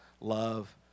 love